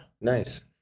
Nice